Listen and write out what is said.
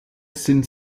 sind